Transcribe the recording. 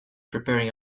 preparing